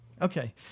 Okay